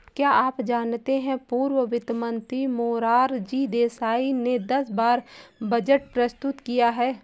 क्या आप जानते है पूर्व वित्त मंत्री मोरारजी देसाई ने दस बार बजट प्रस्तुत किया है?